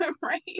Right